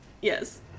Yes